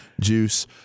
juice